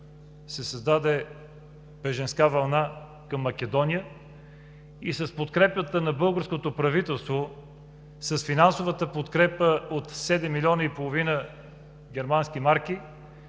се създаде бежанска вълна към Македония. С подкрепата на българското правителство, с финансовата подкрепа от седем милиона и половина германски марки,